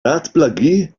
datblygu